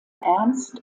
ernst